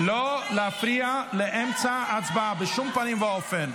לא להפריע באמצע ההצבעה בשום פנים ואופן.